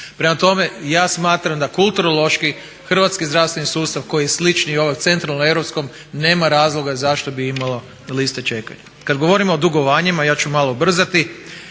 Prema tome, ja smatram da kulturološki hrvatski zdravstveni sustav koji je slični ovom centralnom europskom nema razloga zašto bi imalo liste čekanja. Kada govorimo o dugovanjima, ja ću malo ubrzati,